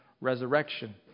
resurrection